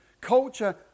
Culture